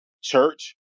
church